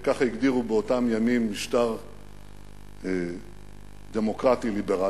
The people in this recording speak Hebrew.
כך הגדירו באותם ימים משטר דמוקרטי ליברלי,